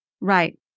Right